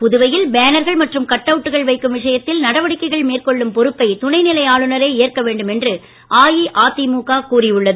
புதுவையில் பேனர்கள் மற்றும் கட் அவுட்டுகள் வைக்கும் விஷயத்தில் நடவடிக்கைகள் மேற்கொள்ளும் பொறுப்பை துணை நிலை ஆளுநரே ஏற்க வேண்டும் என்று அஇஅதிமுக கூறி உள்ளது